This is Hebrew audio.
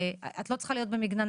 את לא צריכה להיות במגננה.